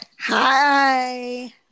Hi